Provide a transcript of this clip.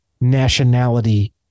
nationality